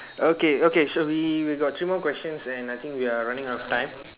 okay okay so we we got two more questions and I think we are running out of time